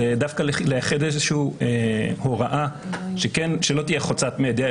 דווקא לאחד איזה הוראה שלא תהיה חוצת מדיה,